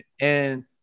And-